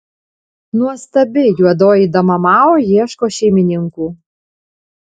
nuostabi juodoji dama mao ieško šeimininkų